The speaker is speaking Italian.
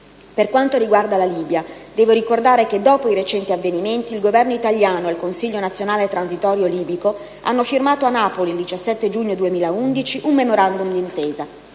Per quanto riguarda la Libia, devo ricordare che, dopo i recenti avvenimenti, il Governo italiano e il Consiglio nazionale transitorio libico hanno firmato a Napoli, il 17 giugno 2011, un *memorandum* d'intesa.